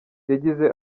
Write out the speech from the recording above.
yagize